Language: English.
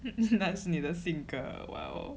不是那是你的性格吗